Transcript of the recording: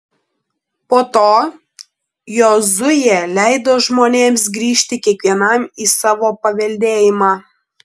po to jozuė leido žmonėms grįžti kiekvienam į savo paveldėjimą